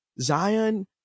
Zion